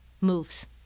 moves